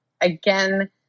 again